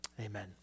Amen